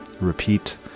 Repeat